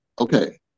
Okay